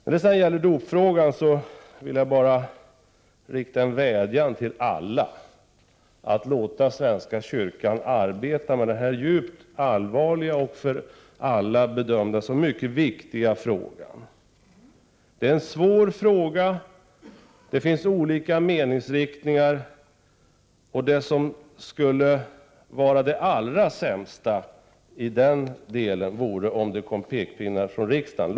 När det sedan gäller dopfrågan vill jag rikta en vädjan till alla att låta svenska kyrkan arbeta med den här djupt allvarliga och för alla mycket viktiga frågan. Det är en svår fråga, och det finns olika meningsinriktningar. Det som skulle vara det allra sämsta i det avseendet vore om det kom pekpinnar från riksdagen.